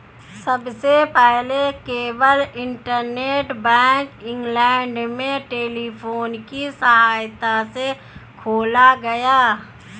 सबसे पहले केवल इंटरनेट बैंक इंग्लैंड में टेलीफोन की सहायता से खोला गया